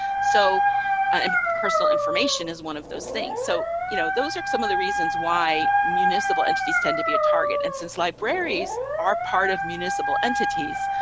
so um personal information is one of those things. so, you know, those are some of the reasons why municipal entities tend to be a target. and since libraries are part of municipal entities,